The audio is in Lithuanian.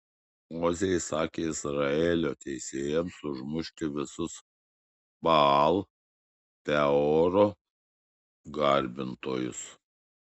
mozė įsakė izraelio teisėjams užmušti visus baal peoro garbintojus